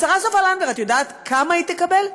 השרה סופה לנדבר, את יודעת כמה היא תקבל?